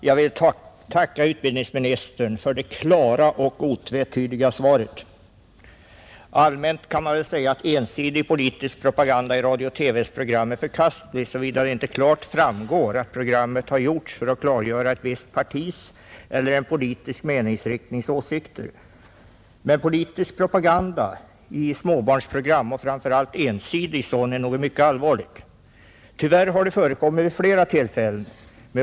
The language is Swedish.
Fru talman! Jag vill tacka utbildningsministern för det klara och otvetydiga svaret. Allmänt kan man väl säga att ensidig politisk propaganda i radiooch TV-program är förkastlig, såvida det inte klart framgår att programmet har gjorts för att klargöra ett visst partis eller en politisk meningsriktnings åsikter. Men politisk propaganda i småbarnsprogram och framför allt ensidig sådan är något mycket allvarligt. Tyvärr har det förekommit vid flera tillfällen.